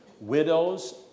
widows